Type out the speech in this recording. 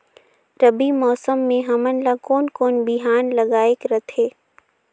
रबी मौसम मे हमन ला कोन कोन बिहान लगायेक रथे?